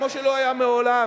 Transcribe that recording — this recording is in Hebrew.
כמו שלא היה מעולם,